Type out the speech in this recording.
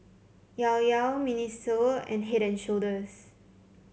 Llao Llao Miniso and Head And Shoulders